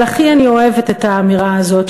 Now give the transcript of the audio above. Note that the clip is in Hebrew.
אבל הכי אני אוהבת את האמירה הזאת,